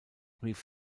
prix